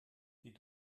die